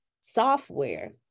software